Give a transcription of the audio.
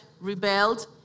rebelled